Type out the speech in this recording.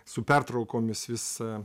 su pertraukomis vis